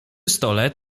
stole